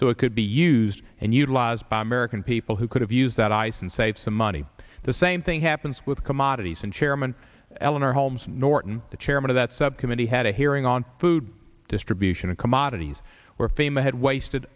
so it could be used and utilized by american people who could have used that ice and save some money the same thing happens with commodities and chairman eleanor holmes norton the chairman of that subcommittee had a hearing on food distribution and commodities where fame had wasted